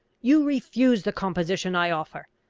you refuse the composition i offer!